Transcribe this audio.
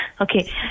Okay